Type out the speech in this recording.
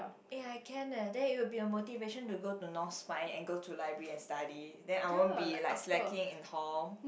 eh I can eh then it will be a motivation to go to North-Spine and go to library and study then I won't be like slacking in hall